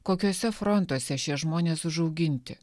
kokiuose frontuose šie žmonės užauginti